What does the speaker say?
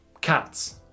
cats